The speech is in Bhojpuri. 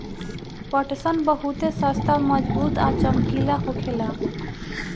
पटसन बहुते सस्ता मजबूत आ चमकीला होखेला